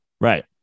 Right